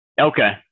Okay